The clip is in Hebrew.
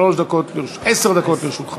עשר דקות לרשותך.